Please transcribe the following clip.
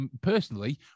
Personally